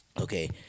Okay